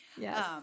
Yes